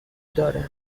دارم